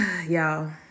Y'all